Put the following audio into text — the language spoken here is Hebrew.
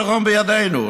הפתרון בידינו.